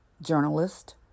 journalist